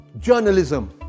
journalism